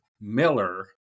Miller